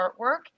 artwork